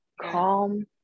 calm